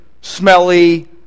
smelly